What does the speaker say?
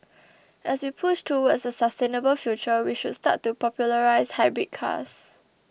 as we push towards a sustainable future we should start to popularise hybrid cars